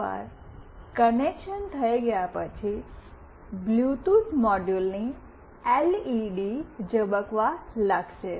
એકવાર કનેક્શન થઈ ગયા પછી બ્લૂટૂથ મોડ્યુલની એલઇડી ઝબકવા લાગશે